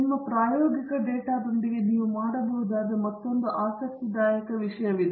ನಿಮ್ಮ ಪ್ರಾಯೋಗಿಕ ಡೇಟಾದೊಂದಿಗೆ ನೀವು ಮಾಡಬಹುದಾದ ಮತ್ತೊಂದು ಆಸಕ್ತಿದಾಯಕ ವಿಷಯವಿದೆ